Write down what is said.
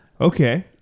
Okay